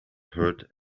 herd